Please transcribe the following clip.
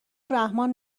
رحمان